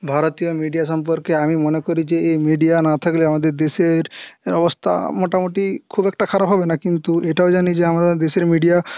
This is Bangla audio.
ভারতীয় মিডিয়া সম্পর্কে আমি মনে করি যে এই মিডিয়া না থাকলে আমাদের দেশের অবস্থা মোটামুটি খুব একটা খারাপ হবে না কিন্তু এটাও জানি যে আমরা দেশের মিডিয়া